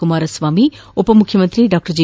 ಕುಮಾರಸ್ವಾಮಿ ಉಪಮುಖ್ಯಮಂತ್ರಿ Dr G